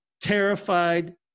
terrified